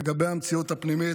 לגבי המציאות הפנימית,